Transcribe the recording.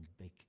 big